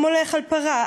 / המולך על פרה,